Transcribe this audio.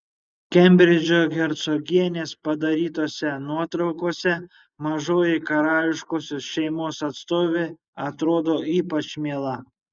kembridžo hercogienės padarytose nuotraukose mažoji karališkosios šeimos atstovė atrodo ypač miela